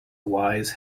wise